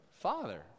father